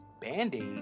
Band-Aid